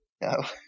No